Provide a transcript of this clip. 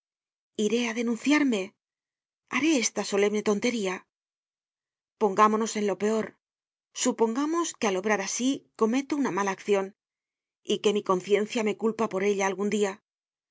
iré á denunciarme haré esta solemne tontería pongámonos en lo peor supongamos que al obrar asi cometo una mala accion y que mi conciencia me culpa por ella algun dia